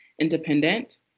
independent